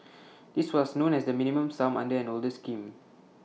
this was known as the minimum sum under an older scheme